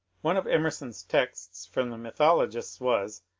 one of emerson's texts from the mythologists was,